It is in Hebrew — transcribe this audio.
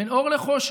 בין אור לחושך,